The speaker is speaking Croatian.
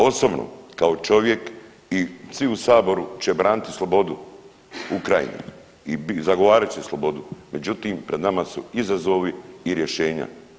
Osobno kao čovjek i svi u Saboru će braniti slobodu Ukrajine i zagovarat će slobodu, međutim, pred nama su izazovi i rješenja.